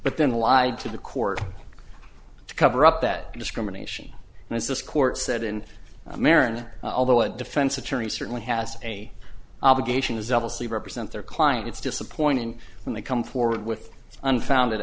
but then lied to the court to cover up that discrimination and if this court said in america although a defense attorney certainly has a obligation as zealously represent their client it's disappointing when they come forward with unfounded